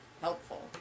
helpful